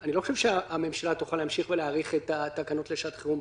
אני לא חושב שהממשלה תוכל להמשיך ולהאריך את התקנות לשעת חירום.